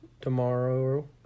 tomorrow